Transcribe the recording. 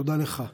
תודה לך.